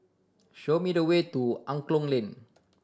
show me the way to Angklong Lane